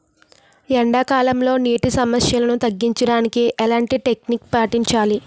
ఎండా కాలంలో, నీటి సమస్యలను తగ్గించడానికి ఎలాంటి టెక్నిక్ పాటించాలి?